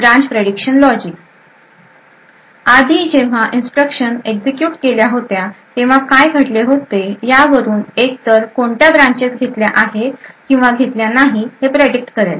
branch prediction logic आधी जेव्हा instruction execute केल्या होत्या तेव्हा काय घडले होते यावरून एक तर कोणत्या ब्रांचेस घेतल्या आहे किंवा घेतल्या नाही हे प्रेडिक्ट करेल